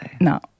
No